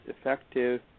effective